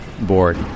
board